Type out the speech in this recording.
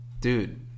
Dude